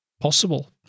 possible